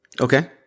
Okay